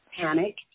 panic